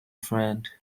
friend